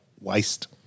waste